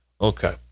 Okay